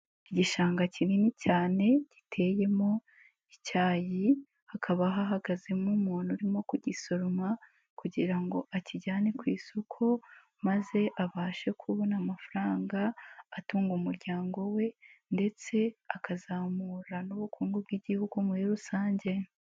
Igishanga kinini cyane, giteyemo icyayi, hakaba hahagazemo umuntu urimo kugisoroma kugira ngo akijyane ku isoko, maze abashe kubona amafaranga atunga umuryango we ndetse akazamura n'ubukungu bw'igihugu muri rusange.